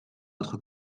votre